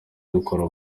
duhora